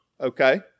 okay